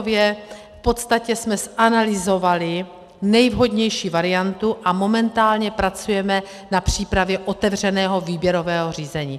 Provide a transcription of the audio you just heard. V podstatě jsme zanalyzovali nejvhodnější variantu a momentálně pracujeme na přípravě otevřeného výběrového řízení.